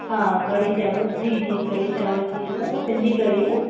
हा कढ़ी चांवर जी जी कढ़ी चांवर थी वेंदा सिंधी कढ़ी न